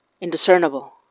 indiscernible